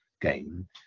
game